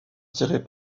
tirait